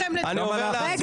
גם אנחנו.